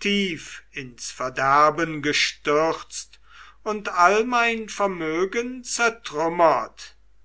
tief ins verderben gestürzt und all mein vermögen